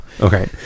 Okay